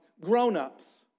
grown-ups